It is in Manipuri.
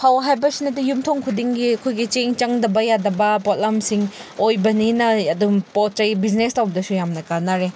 ꯐꯧ ꯍꯥꯏꯅꯁꯤꯅꯇ ꯌꯨꯝꯊꯣꯛ ꯈꯨꯗꯤꯡꯒꯤ ꯑꯩꯈꯣꯏꯒꯤ ꯆꯦꯡ ꯆꯪꯗꯕ ꯌꯥꯗꯕ ꯄꯣꯠꯂꯝꯁꯤꯡ ꯑꯣꯏꯕꯅꯤꯅ ꯑꯗꯨꯝ ꯄꯣꯠ ꯆꯩ ꯕꯤꯖꯤꯅꯦꯁ ꯇꯧꯕꯗꯁꯨ ꯌꯥꯝꯅ ꯀꯥꯟꯅꯔꯦ